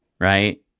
right